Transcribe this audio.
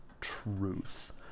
truth